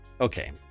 okay